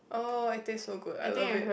oh it taste so good I love it